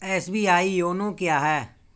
SBI YONO क्या है?